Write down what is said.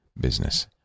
business